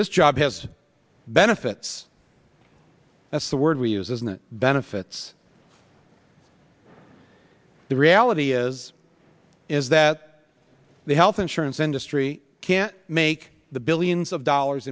this job has benefits that's the word we use is not benefits the reality is is that the health insurance industry can't make the billions of dollars